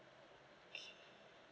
okay